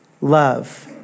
love